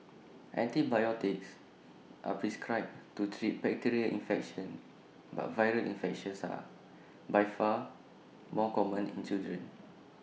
antibiotics are prescribed to treat bacterial infections but viral infections are by far more common in children